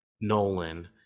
Nolan